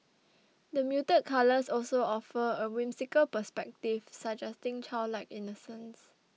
the muted colours also offer a whimsical perspective suggesting childlike innocence